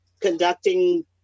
conducting